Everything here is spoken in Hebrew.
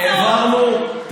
העברנו עשרות הצעות.